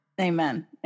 Amen